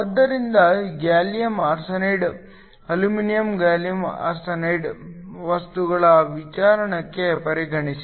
ಆದ್ದರಿಂದ gallium arsenide aluminium gallium arsenide ವಸ್ತುಗಳ ವಿಚಾರವನ್ನು ಪರಿಗಣಿಸಿ